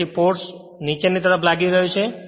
તેથી ફોર્સ નીચે ની તરફ લાગી રહ્યો છે